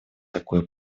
такое